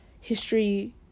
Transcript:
history